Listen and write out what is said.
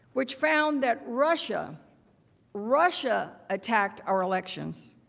which found that russia russia attacked our elections.